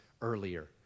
earlier